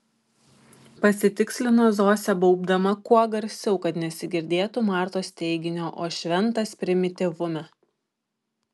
pasitikslino zosė baubdama kuo garsiau kad nesigirdėtų martos teiginio o šventas primityvume